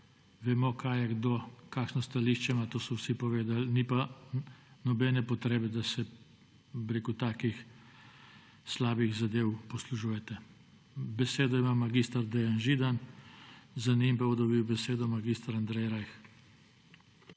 vemo, kaj je kdo, kakšno stališče ima, to so vsi povedali, ni pa nobene potrebe, da se takih slabih zadev poslužujete. Besedo ima mag. Dejan Židan, za njim pa bo dobil besedo mag. Andrej Rajh.